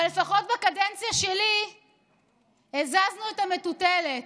אבל לפחות בקדנציה שלי הזזנו את המטוטלת.